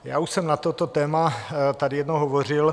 Já už jsem na toto téma tady jednou hovořil.